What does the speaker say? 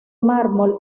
mármol